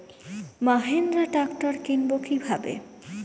Mahindra tractor কিনবো কি ভাবে?